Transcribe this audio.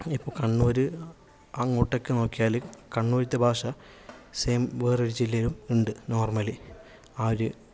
കണ്ണൂർ അങ്ങോട്ടൊക്കെ നോക്കിയാൽ കണ്ണൂരത്തെ ഭാഷ സെയിം വേറൊരു ജില്ലയിലും ഉണ്ട് നോര്മലി ആ ഒരു